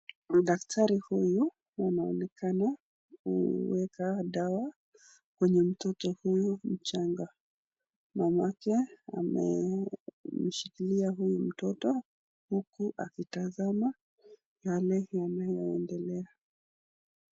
Dakitari huyu anaonekana anaweka dawa kwenye mtoto huyu mchanga. Mamake amemshikilia huyu mtoto huku akitazama yale yanayo endelea.